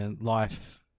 Life